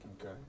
Okay